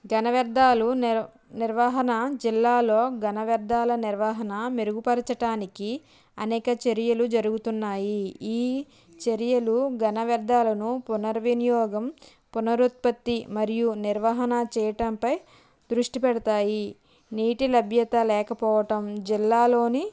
జనవ్యర్ధాలు ని నిర్వహణ జిల్లాలో ఘనవ్యర్ధాల నిర్వహణ మెరుగుపరచటానికి అనేక చర్యలు జరుగుతున్నాయి ఈ చర్యలు ఘనవ్యర్ధాలను పునర్వినియోగం పునరుత్పత్తి మరియు నిర్వహణ చేయటంపై దృష్టి పెడతాయి నీటి లభ్యత లేకపోవటం జిల్లాలోని